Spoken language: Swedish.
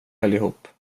allihop